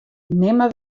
nimme